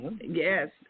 Yes